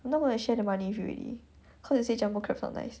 not gonna share the money with you already cause you say jumbo crab's not nice